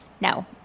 No